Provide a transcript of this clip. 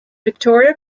victoria